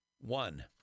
one